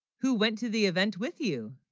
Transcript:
who, went to the event with you